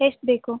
ಎಷ್ಟು ಬೇಕು